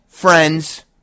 friends